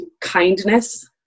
kindness